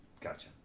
Gotcha